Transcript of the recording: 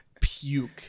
puke